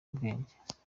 ubwenge